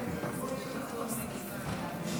נגיף הקורונה החדש)